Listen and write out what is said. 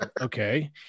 Okay